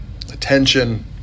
attention